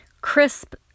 Crisp